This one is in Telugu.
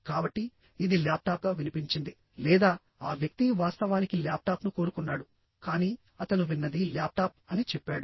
కాబట్టి ఇది ల్యాప్టాప్గా వినిపించింది లేదా ఆ వ్యక్తి వాస్తవానికి ల్యాప్టాప్ను కోరుకున్నాడు కానీ అతను విన్నది ల్యాప్టాప్ అని చెప్పాడు